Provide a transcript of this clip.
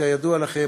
כידוע לכם,